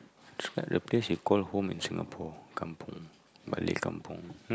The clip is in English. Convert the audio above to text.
the place you call home in Singapore kampung Balik kampung